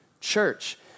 church